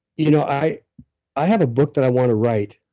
you know i i have a book that i want to write,